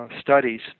studies